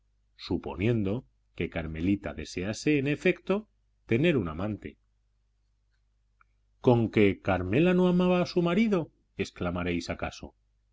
suponiendo que carmelita desease en efecto tener un amante conque carmela no amaba a su marido exclamaréis acaso